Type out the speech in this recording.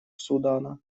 судана